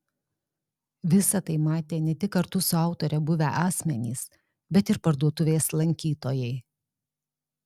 visa tai matė ne tik kartu su autore buvę asmenys bet ir parduotuvės lankytojai